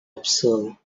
observe